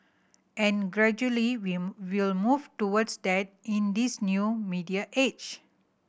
and gradually we've we'll move towards that in this new media age